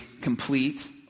complete